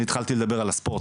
אני התחלתי לדבר על הספורט,